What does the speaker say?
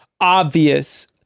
obvious